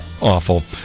awful